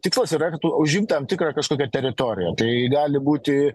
tikslas yra kad užimti tam tikrą kažkokią teritoriją tai gali būti